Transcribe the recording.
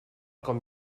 com